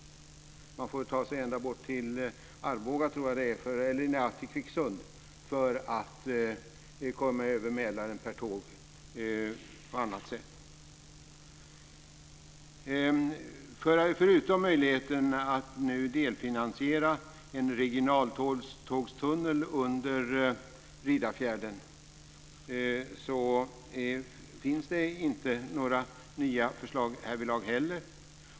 Man får ta sig ända bort till Kvicksund för att komma över Mälaren per tåg på annat sätt. Förutom möjligheten att nu delfinansiera en regionaltågstunnel under Riddarfjärden finns det inte några nya förslag härvidlag heller.